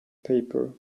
paper